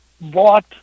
bought